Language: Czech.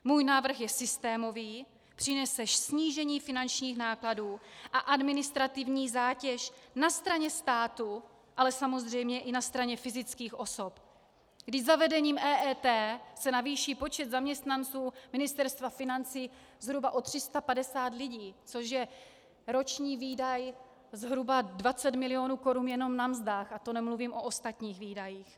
Můj návrh je systémový, přinese snížení finančních nákladů a administrativní zátěže na straně státu, ale samozřejmě i na straně fyzických osob, kdy zavedením EET se navýší počet zaměstnanců Ministerstva financí zhruba o 350 lidí, což je roční výdaj zhruba 20 milionů korun jenom na mzdách, a to nemluvím o ostatních výdajích.